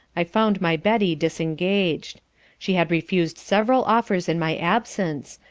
i found my betty disengaged she had refused several offers in my absence,